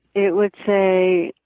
it would say,